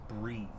breathe